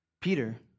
Peter